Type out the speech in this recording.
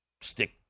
Stick